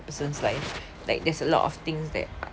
person's life like there is a lot of things that